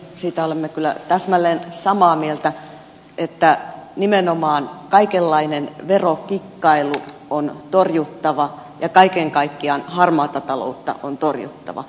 siitä olemme kyllä täsmälleen samaa mieltä että nimenomaan kaikenlainen verokikkailu on torjuttava ja kaiken kaikkiaan harmaata taloutta on torjuttava